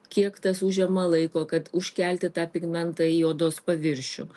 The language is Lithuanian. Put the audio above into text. kiek tas užima laiko kad užkelti tą pigmentą į odos paviršių